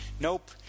Nope